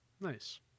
Nice